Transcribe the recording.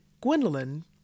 Gwendolyn